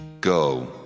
Go